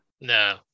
No